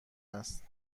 است